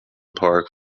park